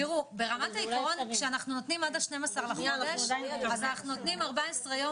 ברמה העקרונית כשאנחנו נותנים עד 12 בחודש אנחנו נותנים 14 יום